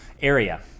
area